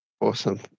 Awesome